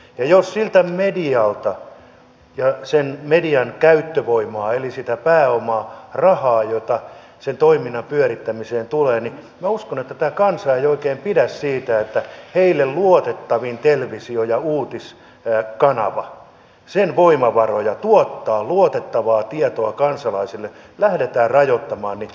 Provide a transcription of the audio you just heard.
jos siltä medialta viedään sen median käyttövoimaa eli sitä pääomaa rahaa jota sen toiminnan pyörittämiseen tulee niin minä uskon että tämä kansa ei oikein pidä siitä että heille luotettavimman television ja uutiskanavan voimavaroja tuottaa luotettavaa tietoa kansalaisille lähdetään rajoittamaan